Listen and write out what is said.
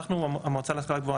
אנחנו המועצה להשכלה גבוהה,